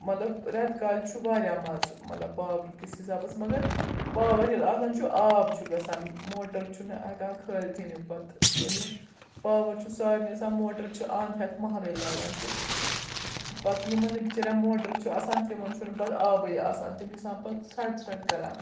مطلب ریٚتہٕ کالہِ چھُ واریاہ مَزٕ مطلب پاورٕ کِس حِسابَس مگر پاوَر ییٚلہِ آسان چھُ آب چھُ گَژھان موٹَر چھُنہٕ ہیٚکان کھٲلتھٕے نہٕ پَتہٕ ییٚلہِ نہٕ پاوَر چھُ سارنٕے آسان موٹَر چھِ اَنٛد ہیٚتھ محلٕے لاگان تہِ پَتہٕ یِمَن نہٕ بِچاریٚن موٹر چھُ آسان تِمَن چھُنہٕ پَتہٕ آبٕے آسان تِم چھِ آسان پَتہٕ ژھرٛھٹہٕ ژھرٛھٹہٕ کَران